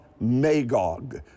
Magog